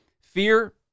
fear